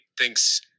thinks